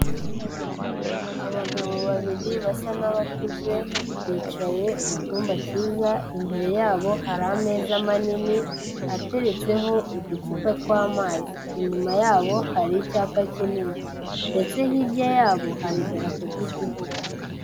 Abagabo babiri basa n'abakuze, bicaye mu cyumba cyiza, imbere yabo hari ameza manini ateretseho uducupa tw'amazi, inyuma yabo hari icyapa kinini ndetse hirya yabo hari idarapo ry'igihugu.